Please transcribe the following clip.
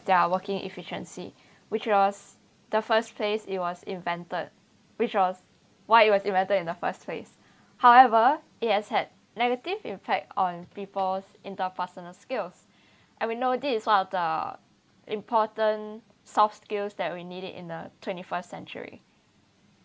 there are working efficiency which was the first place it was invented which was what it was invented in the first place however it has had a negative impact on peoples interpersonal skills and we know this is one of the important soft skills that we need it in the twenty first century